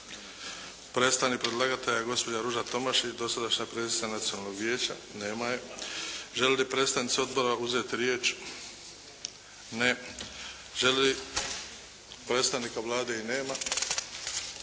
Predstavnik predlagatelja gospođa Ruža Tomašić dosadašnja predsjednica Nacionalnog vijeća. Nema je. Žele li predstavnici odbora uzeti riječ? Ne. Predstavnika Vlade i nema.